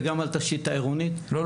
וגם על התשתית העירונית.